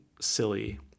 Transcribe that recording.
silly